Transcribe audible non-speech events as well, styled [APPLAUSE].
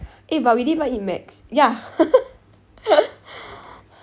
eh but we didn't even eat macs ya [LAUGHS]